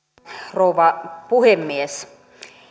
rouva puhemies